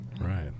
Right